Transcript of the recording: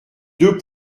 deux